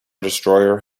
destroyer